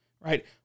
right